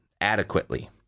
adequately